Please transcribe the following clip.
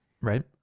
right